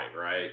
right